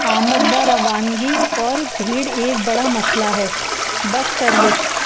آمد و روانگی اور بھیڑ ایک بڑا مسئلہ ہے بس سروس